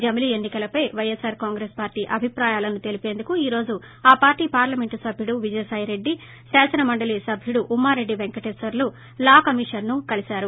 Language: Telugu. జమిలీ ఎన్నికలపై పైఎస్సార్ కాంగ్రెస్ పార్లీ అభిప్రాయాలను తెలీపేందుకు ఈ రోజు ఆ పార్లీ పార్దమెంట్ సబ్వుడు విజయసాయిరెడ్డి శాసన మండలి సబ్వుడు ఉమారెడ్డి వెంకటేశ్వర్లు లా కమిషన్ను కలిశారు